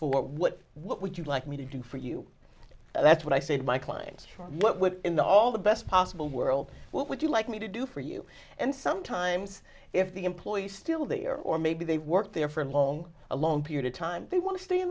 for what what would you like me to do for you that's what i said my client what would in all the best possible world what would you like me to do for you and sometimes if the employee is still there or maybe they work there for a long a long period of time they want to stay in